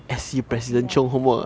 copy [one] copy [one]